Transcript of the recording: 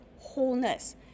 wholeness